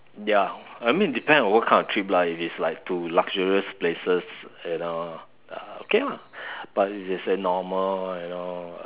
ya I mean depend on what kind of trip lah if it's like to luxurious places you know uh okay lah but if it's a normal you know uh